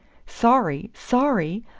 sorry sorry?